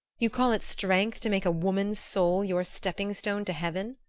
you call it strength to make a woman's soul your stepping-stone to heaven?